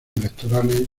electorales